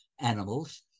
animals